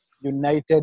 United